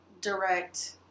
direct